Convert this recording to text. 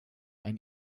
ein